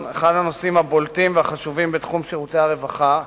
אחד הנושאים הבולטים והחשובים בתחום שירותי הרווחה.